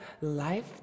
life